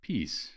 Peace